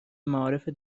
معارف